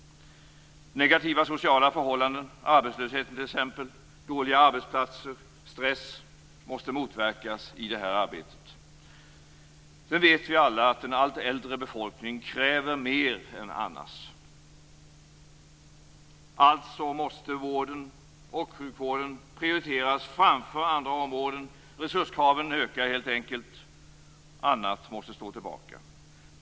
Negativa sociala förhållanden, t.ex. arbetslöshet, dåliga arbetsplatser och stress, måste motverkas i det här arbetet. Sedan vet vi alla att en allt äldre befolkning kräver mer än annars. Alltså måste vården och sjukvården prioriteras framför andra områden. Resurskraven ökar helt enkelt, och annat måste stå tillbaka.